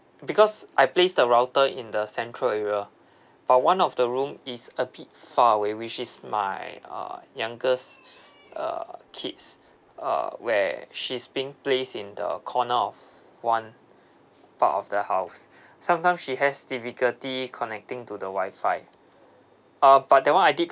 because I placed the router in the central area but one of the room is a bit far away which is my uh youngest uh kids uh where she's being placed in the corner of one part of the house sometime she has difficulty connecting to the wi-fi uh but that one I did